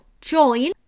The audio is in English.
join